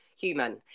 human